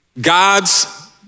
God's